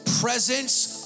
presence